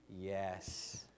Yes